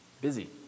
Busy